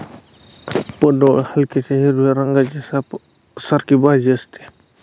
पडवळ हलक्याशा हिरव्या रंगाची सापासारखी भाजी असते